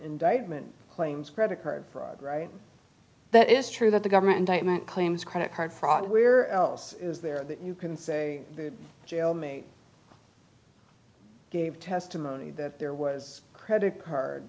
indictment claims credit card fraud right that is true that the government indictment claims credit card fraud we're else is there that you can say jail mate gave testimony that there was credit card